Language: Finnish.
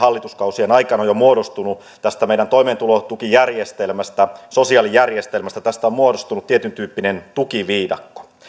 hallituskausien aikana jo muodostunut tästä meidän toimeentulotukijärjestelmästä sosiaalijärjestelmästä tietyntyyppinen tukiviidakko